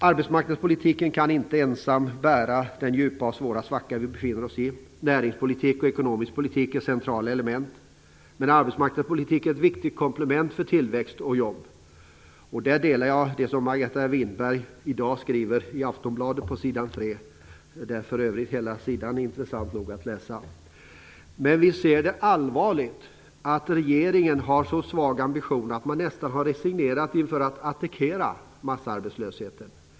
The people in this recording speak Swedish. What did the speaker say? Arbetsmarknadspolitiken kan inte ensam bära den djupa och svåra svacka vi befinner oss i. Näringspolitik och ekonomisk politik är centrala element, men arbetsmarknadspolitik är ett viktigt komplement för tillväxt och jobb. Jag delar den uppfattning som Margareta Winberg i dag skriver om på s. 3 i Aftonbladet. Hela sidan är för övrigt intressant att läsa. Men vi ser det som allvarligt att regeringen har så svaga ambitioner att man nästan har resignerat inför att attackera massarbetslösheten.